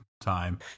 time